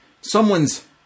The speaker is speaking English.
someone's